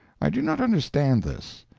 i do not understand this.